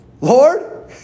Lord